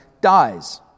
dies